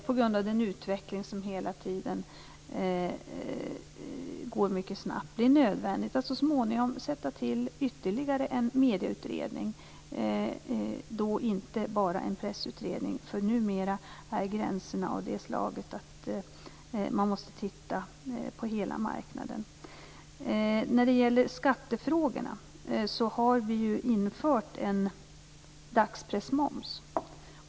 På grund av utvecklingen, som hela tiden går mycket snabbt, kommer det att bli nödvändigt att så småningom tillsätta ytterligare en medieutredning; och då inte bara en pressutredning, för numera är gränserna av det slaget att man måste titta närmare på hela marknaden. När det gäller skattefrågorna har vi ju infört en dagspressmoms.